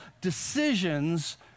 decisions